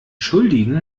schuldigen